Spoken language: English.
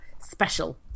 special